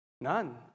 None